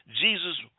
jesus